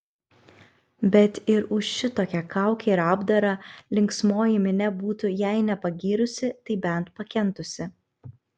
bet ir už šitokią kaukę ir apdarą linksmoji minia būtų jei ne pagyrusi tai bent pakentusi